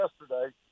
yesterday